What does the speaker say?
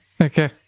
Okay